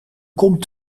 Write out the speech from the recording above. komt